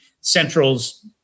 Central's